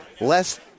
less